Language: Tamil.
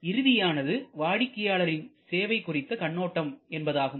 இதில் இறுதியானது வாடிக்கையாளரின் சேவை குறித்த கண்ணோட்டம் என்பதாகும்